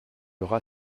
aura